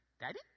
Daddy